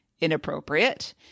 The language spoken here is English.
inappropriate